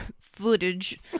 footage